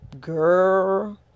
girl